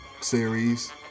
series